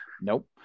nope